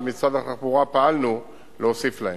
ומשרד התחבורה פעל להוסיף להם,